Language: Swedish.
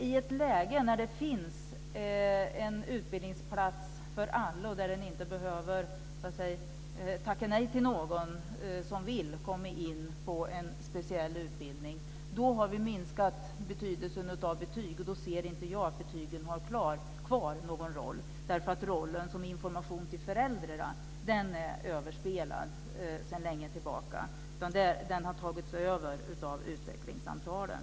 I ett läge när det finns en utbildningsplats för alla och där man inte behöver tacka nej till någon som vill komma in på en speciell utbildning har vi minskat betydelsen av betyg. Då ser inte jag att betygen har kvar någon roll. Rollen som information till föräldrarna är överspelad sedan länge tillbaka. Den har tagits över av utvecklingssamtalen.